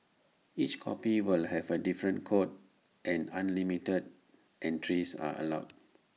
each copy will have A different code and unlimited entries are allowed